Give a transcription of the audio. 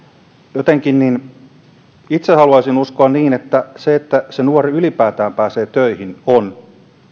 jotenkin itse haluaisin uskoa niin että se että se nuori ylipäätään pääsee töihin on